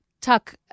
Tuck